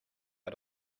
out